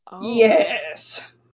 Yes